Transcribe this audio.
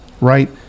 right